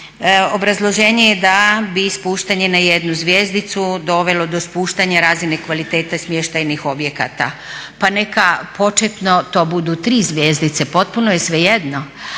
Obrazloženje je da bi spuštanje na jednu zvjezdicu dovelo do spuštanja razine kvalitete smještajnih objekata. Pa neka početno to budu tri zvjezdice, potpuno je svejedno.